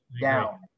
down